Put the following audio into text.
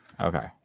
Okay